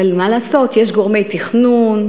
אבל מה לעשות יש גורמי תכנון,